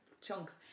chunks